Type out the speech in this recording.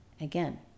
Again